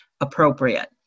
appropriate